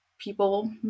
people